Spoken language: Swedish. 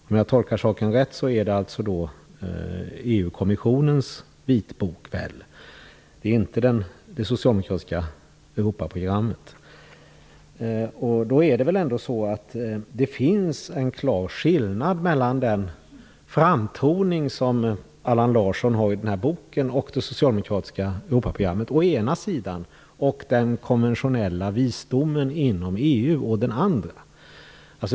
Om jag tolkar saken rätt är det EU kommissionens vitbok som avses och inte det socialdemokratiska Europaprogrammet. Det är väl ändå så, att det finns en klar skillnad mellan den framtoning som Allan Larsson har i boken och det socialdemokratiska Europaprogrammet å ena sidan och den konventionella visdomen inom EU å den andra.